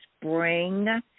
spring